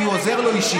כי הוא עוזר לו אישית.